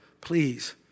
please